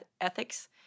ethics